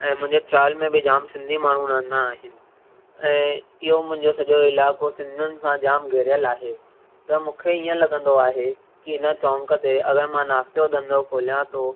ऐं मुंहिंजे चॉल में बि जाम सिंधी माण्हू रहंदा आहिनि ऐं इहो मुंहिंजो सॼो इलाको सिंधिन सां जाम घिरियलु आहे त मूंखे ईअं लॻंदो आहे की इन चौंक ते अगरि मां नाश्ते जो धंधो खोलियां थो